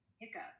hiccup